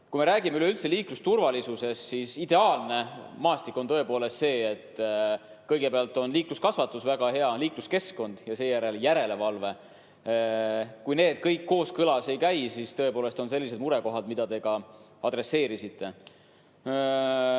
Kui me räägime üleüldse liiklusturvalisusest, siis ideaalne maastik on tõepoolest see, et kõigepealt on liikluskasvatus väga hea, on [hea] liikluskeskkond ja seejärel järelevalve. Kui need kõik kooskõlas ei käi, siis tõepoolest on sellised murekohad, millele te osutasite.